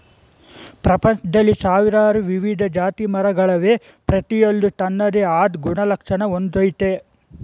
ಪ್ರಪಂಚ್ದಲ್ಲಿ ಸಾವ್ರಾರು ವಿವಿಧ ಜಾತಿಮರಗಳವೆ ಪ್ರತಿಯೊಂದೂ ತನ್ನದೇ ಆದ್ ಗುಣಲಕ್ಷಣ ಹೊಂದಯ್ತೆ